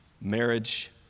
Marriage